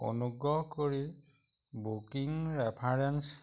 অনুগ্ৰহ কৰি booking reference